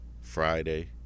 Friday